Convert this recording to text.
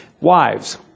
wives